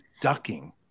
ducking